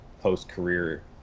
post-career